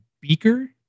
beaker